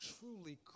truly